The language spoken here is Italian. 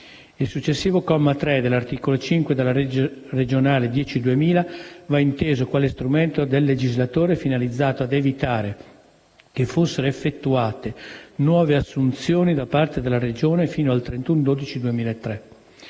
Il successivo comma 3 dell'articolo 5 della legge regionale n. 10 del 2000 va inteso quale strumento del legislatore finalizzato a evitare che fossero effettuate nuove assunzioni da parte della Regione fino al 31